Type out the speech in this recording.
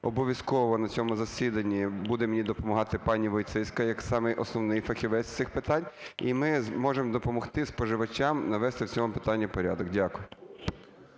Обов'язково на цьому засіданні буде мені допомагати пані Войціцька як самий основний фахівець з цих питань, і ми зможемо допомогти споживачам навести в цьому питанні порядок. Дякую.